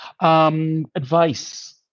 Advice